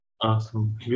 Awesome